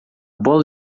bola